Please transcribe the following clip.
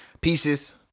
Pieces